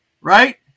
right